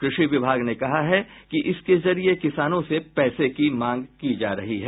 कृषि विभाग ने कहा है कि इसके जरिये किसानों से पैसे की मांग की जा रही है